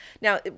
Now